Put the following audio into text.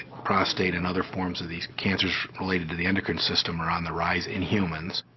prostate and other forms of these cancers related to the endocrine system are on the rise in humans.